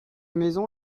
maison